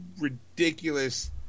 ridiculous